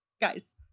Guys